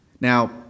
Now